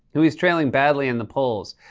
who he is trailing badly in the polls.